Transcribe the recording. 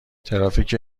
ترافیک